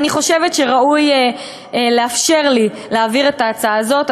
ואני חושבת שראוי לאפשר לי להעביר את ההצעה הזאת.